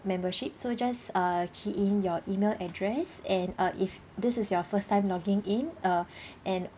membership so just uh key in your email address and uh if this is your first time logging in uh and